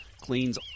cleans